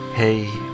Hey